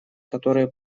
которые